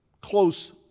close